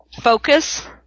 focus